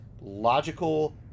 logical